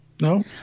No